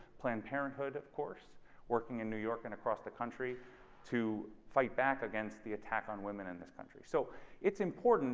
planned parenthood of course working in new york and across the country to fight back against the attack on women in this country so it's important